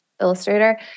illustrator